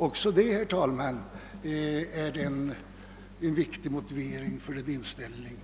— Också detta, herr talman, är en viktig motivering för den inställning